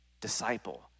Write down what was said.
disciple